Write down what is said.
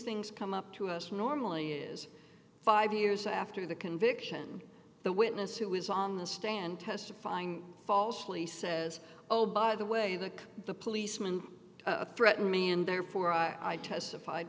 things come up to us normally is five years after the conviction the witness who was on the stand testifying falsely says oh by the way that the policeman threatened me and therefore i testified